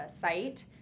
site